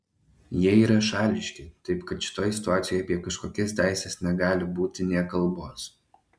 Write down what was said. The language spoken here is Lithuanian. jie yra šališki taip kad šitoj situacijoj apie kažkokias teises negali būti nė kalbos